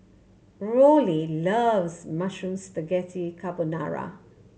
Rollie loves Mushroom Spaghetti Carbonara